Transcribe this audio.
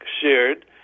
shared